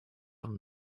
from